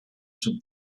zum